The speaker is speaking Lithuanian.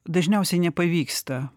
dažniausiai nepavyksta